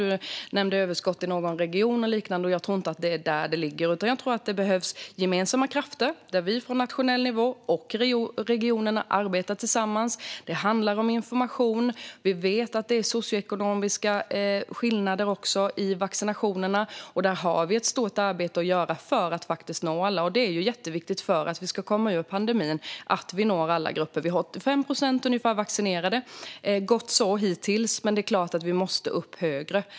Du nämnde överskott i någon region och liknande, men jag tror inte att det är där det ligger. Jag tror att det behövs gemensamma krafter - att vi på nationell nivå och regionerna arbetar tillsammans. Det handlar om information. Vi vet att det finns socioekonomiska skillnader när det gäller vaccinationerna, och där har vi ett stort arbete att göra för att nå alla. Det är jätteviktigt för att vi ska komma ur pandemin att vi når alla grupper. Vi har ungefär 85 procent vaccinerade. Gott så hittills, men det är klart att vi måste upp högre.